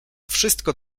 wszystko